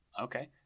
okay